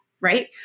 Right